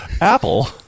Apple